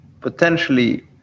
potentially